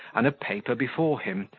and paper before him,